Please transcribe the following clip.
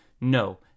No